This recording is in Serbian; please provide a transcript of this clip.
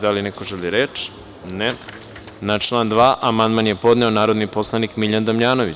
Da li neko želi reč? (Ne) Na član 2. amandman je podneo narodni poslanik Miljan Damjanović.